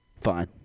Fine